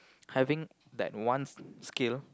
having that one scale